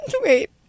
Wait